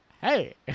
Hey